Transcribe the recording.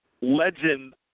legend